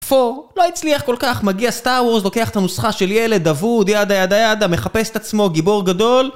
4. לא הצליח כל כך, מגיע סטאוורס, לוקח את הנוסחה של ילד, אבוד, ידה ידה ידה, המחפש את עצמו, גיבור גדול